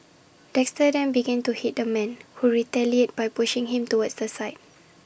Dexter then began to hit the man who retaliated by pushing him towards the side